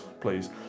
please